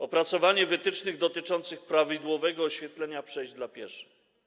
Opracowanie wytycznych dotyczących prawidłowego oświetlenia przejść dla pieszych.